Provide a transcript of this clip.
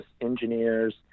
engineers